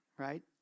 Right